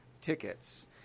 tickets